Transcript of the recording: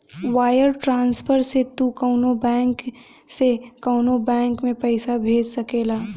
wire transfer से तू कउनो बैंक से कउनो बैंक में पइसा भेज सकेला